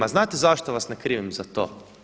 A znate zašto vas ne krivim za to?